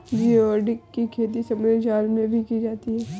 geoduck की खेती समुद्री जल में की जाती है